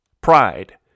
Pride